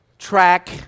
track